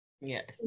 Yes